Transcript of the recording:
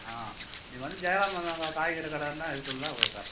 ஆ நீ வந்து ஜெயராமன் காய்கறி கடை சொன்னால்